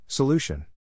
Solution